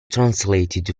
translated